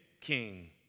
king